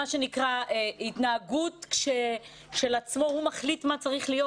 שנקרא התנהגות של עצמו הוא מחליט מה צריך להיות,